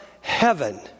heaven